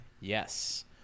Yes